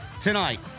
tonight